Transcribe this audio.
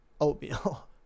oatmeal